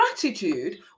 Gratitude